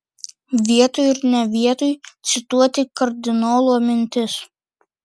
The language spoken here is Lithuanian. vietoj ir ne vietoj cituoti kardinolo mintis